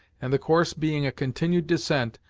and the course being a continued descent,